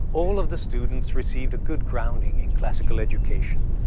all of the students received a good grounding in classical education,